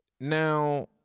Now